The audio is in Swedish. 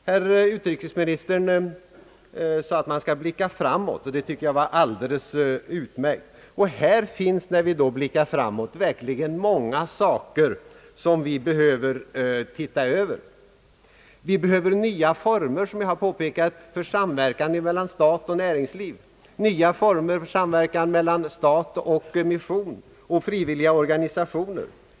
Herr utrikesministern sade att man skall blicka framåt, och det tycker jag var alldeles utmärkt. Här finns, när vi då blickar framåt, verkligen många saker att se över. Vi behöver nya former — som jag har påpekat — för samverkan mellan stat och näringsliv, nya former för samverkan mellan stat och mission och andra frivilliga organisationer.